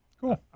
Cool